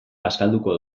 bazkalduko